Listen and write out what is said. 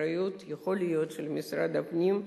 יכול להיות שזו האחריות של משרד הפנים.